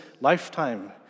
lifetime